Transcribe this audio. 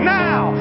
now